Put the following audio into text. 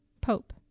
Pope